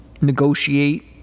negotiate